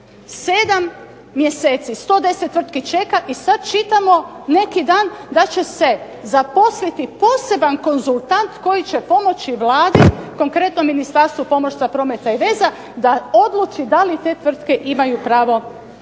7 mjeseci 110 tvrtki čeka i sad čitamo neki dan da će se zaposliti poseban konzultant koji će pomoći Vladi, konkretno Ministarstvu pomorstva, prometa i veza da odluči da li te tvrtke imaju pravo na